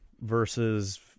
versus